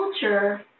culture